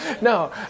No